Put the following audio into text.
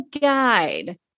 guide